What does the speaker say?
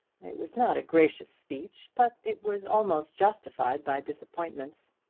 it was not a gracious speech, but it was almost justified by disappointments.